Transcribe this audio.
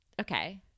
okay